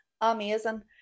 amazing